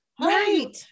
Right